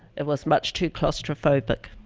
it was much too claustrophobic.